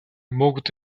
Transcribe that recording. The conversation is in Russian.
могут